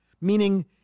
meaning